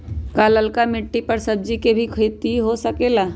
का लालका मिट्टी कर सब्जी के भी खेती हो सकेला?